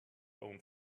own